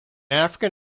african